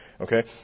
Okay